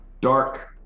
dark